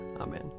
Amen